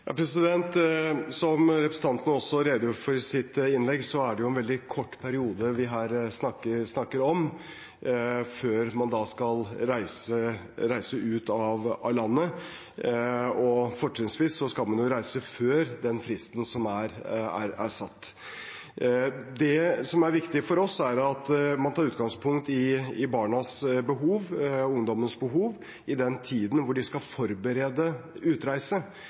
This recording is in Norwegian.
Som representanten også redegjorde for i sitt innlegg, er det en veldig kort periode vi her snakker om – før man skal reise ut av landet – og fortrinnsvis skal man reise før den fristen som er satt. Det som er viktig for oss, er at man tar utgangspunkt i barnas, ungdommenes, behov i den tiden hvor de skal forberede utreise.